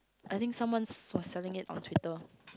I think someones was selling it on Twitter